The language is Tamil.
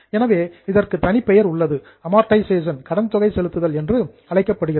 எனவே இதற்கு தனிப்பெயர் உள்ளது அமார்டைசேஷன் கடன் தொகை செலுத்துதல் என்று அழைக்கப்படுகிறது